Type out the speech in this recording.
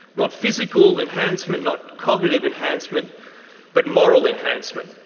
not physical enhancement, not cognitive enhancement but moral enhancement.